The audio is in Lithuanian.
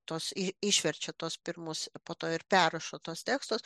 tuos i išverčia tuos pirmus po to ir perrašo tuos tekstus